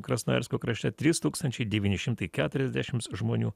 krasnojarsko krašte trys tūkstančiai devyni šimtai keturiasdešimts žmonių